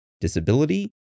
disability